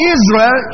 Israel